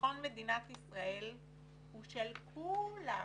ביטחון מדינת ישראל הוא של כו-לם,